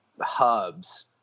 hubs